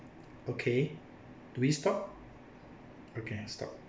okay do we stop okay stop